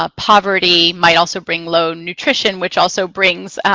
ah poverty might also bring low nutrition, which also brings